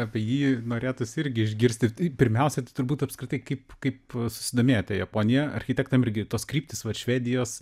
apie jį norėtųsi irgi išgirsti tai pirmiausia tai turbūt apskritai kaip kaip susidomėjote japonija architektam irgi tos kryptys vat švedijos